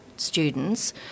students